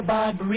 Bob